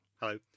Hello